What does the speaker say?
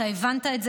אתה הבנת את זה,